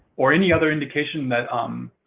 or any other indication that um